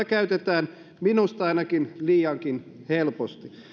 käytetään ainakin minusta liiankin helposti